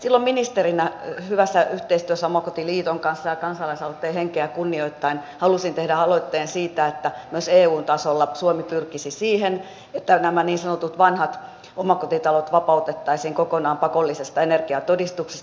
silloin ministerinä hyvässä yhteistyössä omakotiliiton kanssa ja kansalaisaloitteen henkeä kunnioittaen halusin tehdä aloitteen siitä että myös eun tasolla suomi pyrkisi siihen että nämä niin sanotut vanhat omakotitalot vapautettaisiin kokonaan pakollisesta energiatodistuksesta